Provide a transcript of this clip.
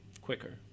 quicker